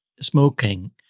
smoking